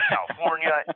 California